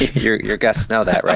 your your guests know that,